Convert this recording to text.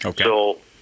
Okay